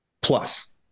plus